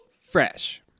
fresh